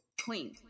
clean